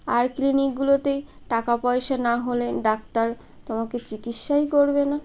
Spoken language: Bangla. আর ক্লিনিকগুলোতে টাকা পয়সা না হলে ডাক্তার তোমাকে চিকিৎসাই করবে না